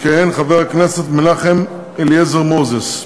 יכהן חבר הכנסת מנחם אליעזר מוזס,